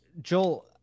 Joel